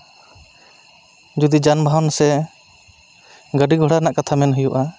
ᱡᱩᱫᱤ ᱡᱟᱱᱵᱟᱦᱚᱱ ᱥᱮ ᱜᱟᱹᱰᱤ ᱜᱷᱚᱲᱟ ᱨᱮᱱᱟᱜ ᱠᱟᱛᱷᱟ ᱢᱮᱱ ᱦᱩᱭᱩᱜᱼᱟ